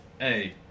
Hey